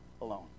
alone